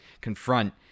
confront